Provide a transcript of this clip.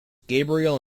gabriel